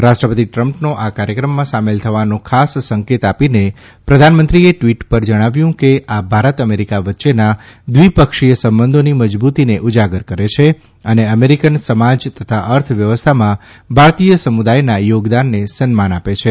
રાષ્ટ્રપતિ ટ્રમ્પનો આ કાર્થક્રમમાં સામેલ થવાનો ખાસ સંકેત આપીને પ્રધાનમંત્રીએ ટવીટર પર જણાવ્યું કે આ ભારત અમેરિકા વચ્ચેનાં દ્વિપક્ષીય સંબંધોની મજબૂતીને ઉજાગર કરે છે અને અમેરિકન સમાજ તથા અર્થવ્યવસ્થામાં ભારતીય સમુદાયનાં યોગદાનને સન્માન આપે છે